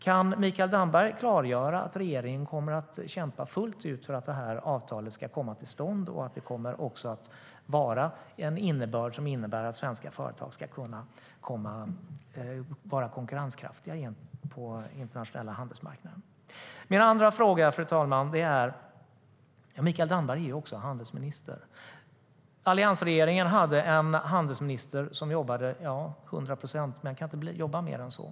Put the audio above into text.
Kan Mikael Damberg klargöra att regeringen kommer att kämpa fullt ut för att detta avtal ska komma till stånd och att det kommer att innebära att svenska företag kommer att vara konkurrenskraftiga igen på den internationella handelsmarknaden? Min andra fråga rör det faktum att Mikael Damberg också är handelsminister. Alliansregeringen hade en handelsminister som jobbade 100 procent. Man kan inte jobba mer än så.